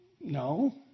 No